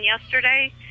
yesterday